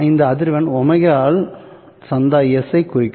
இந்த அதிர்வெண் ω ஆல் சந்தா s ஐ குறிக்கும்